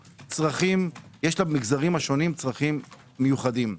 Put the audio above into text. יש למגזרים השונים צרכים מיוחדים.